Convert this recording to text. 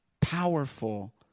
Powerful